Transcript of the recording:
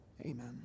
Amen